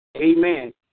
Amen